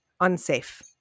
unsafe